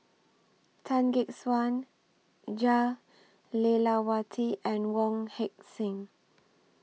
Tan Gek Suan Jah Lelawati and Wong Heck Sing